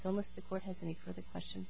so must the court has any of the question